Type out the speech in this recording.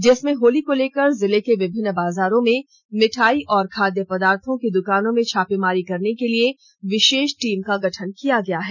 जिसमें होली को लेकर जिले के विभिन्न बाजारों में मिठाई और खाद्य पदार्थो की दुकानों में छापामारी करने के लिए विशेष टीम का गठन किया गया है